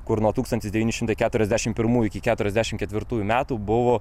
kur nuo tūkstantis devyni šimtai keturiasdešimt pirmųjų iki keturiasdešimt ketvirtųjų metų buvo